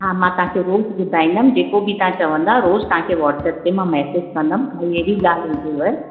हा मां तव्हांखे रोज़ु ॿुधाईंदमि जेको बि तव्हां चवंदा रोज़ु तव्हां खे व्हाट्सअप ते मां मैसेज कंदमि कोई हेड़ी ॻाल्हि हुजेव